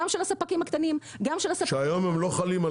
גם של הספקים הקטנים --- שהיום העלויות לא חלות על